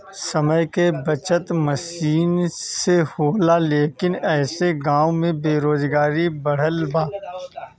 समय के बचत मसीन से होला लेकिन ऐसे गाँव में बेरोजगारी बढ़ गइल बा